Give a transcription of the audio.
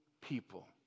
people